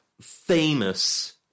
famous